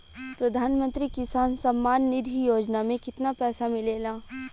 प्रधान मंत्री किसान सम्मान निधि योजना में कितना पैसा मिलेला?